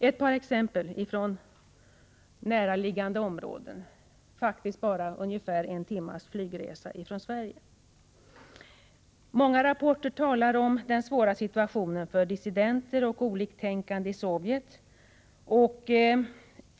Ett par exempel från näraliggande områden — faktiskt bara ungefär en timmes flygresa från Sverige — kan visa detta. Många rapporter talar om den svåra situationen för dissidenter och oliktänkande i Sovjet.